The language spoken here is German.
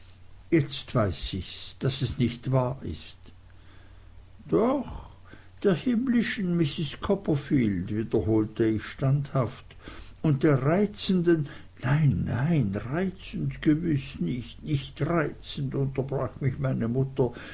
jetzt weiß ichs daß es nicht wahr ist doch der himmlischen mrs copperfield wiederholte ich standhaft und der reizenden nein nein reizend gewiß nicht nicht reizend unterbrach mich meine mutter